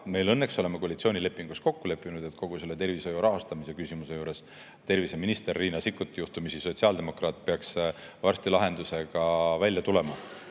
me õnneks oleme koalitsioonilepingus kokku leppinud, et kogu selle tervishoiu rahastamise küsimuse puhul terviseminister Riina Sikkut, juhtumisi sotsiaaldemokraat, peaks varsti lahendusega välja tulema.